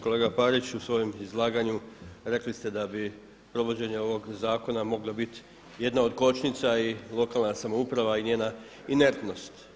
Kolega Parić u svojem izlaganju rekli ste da bi provođenje ovog zakona moglo biti jedna od kočnica i lokalna samouprava i njena inertnost.